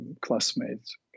classmates